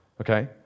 okay